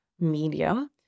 medium